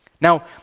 now